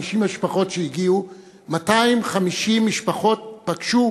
250 משפחות שהגיעו, 250 משפחות פגשו